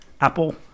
Apple